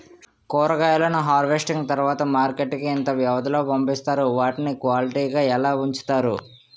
కూరగాయలను హార్వెస్టింగ్ తర్వాత మార్కెట్ కి ఇంత వ్యవది లొ పంపిస్తారు? వాటిని క్వాలిటీ గా ఎలా వుంచుతారు?